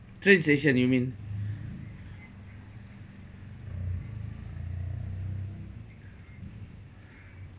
train station you mean